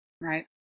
Right